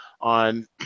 on